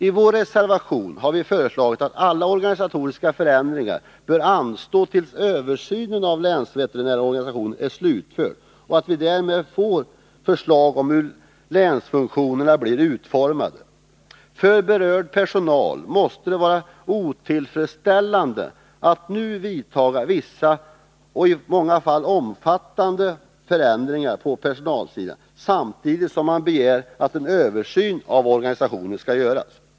I vår reservation har vi föreslagit att alla organisatoriska förändringar skall anstå tills översynen av länsveterinärsorganisationen är slutförd och vi därmed fått förslag om hur länsfunktionerna skall utformas. För berörd personal måste det vara otillfredsställande, om man nu vidtar i många fall omfattande förändringar på personalsidan samtidigt som en översyn av organisationen skall göras.